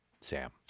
Sam